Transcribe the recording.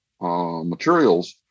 materials